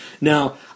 Now